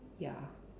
ya